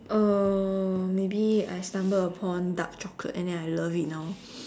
uh maybe I stumble upon dark chocolate and then I love it now